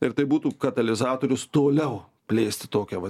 ir tai būtų katalizatorius toliau plėsti tokią vat